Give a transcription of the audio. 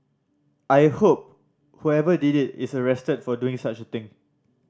I hope whoever did it is arrested for doing such a thing